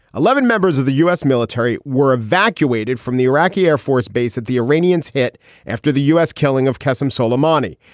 eleven members of the u s. military were evacuated from the iraqi air force base that the iranians hit after the u s. killing of kassam suleimani.